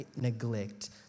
neglect